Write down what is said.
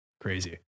crazy